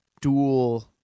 dual